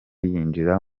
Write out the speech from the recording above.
yinjira